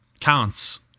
counts